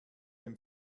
dem